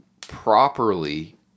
properly